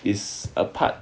is a part